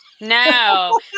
no